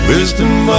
Wisdom